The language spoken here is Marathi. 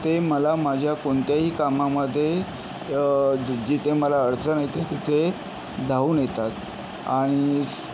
ते मला माझ्या कोणत्याही कामामध्ये जिथे मला अडचण येते तिथे धावून येतात आणि स